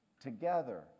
together